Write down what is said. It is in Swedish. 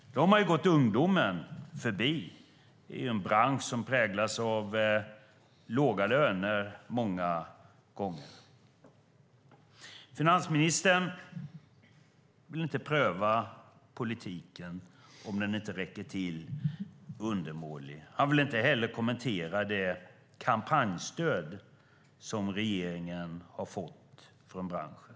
Då har man gått ungdomen förbi i en bransch som många gånger präglas av låga löner. Finansministern vill inte pröva om politiken inte räcker till eller om den är undermålig. Han vill inte heller kommentera det kampanjstöd regeringen har fått från branschen.